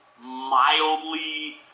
mildly